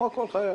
כמו כל חייל,